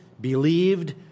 believed